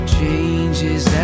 changes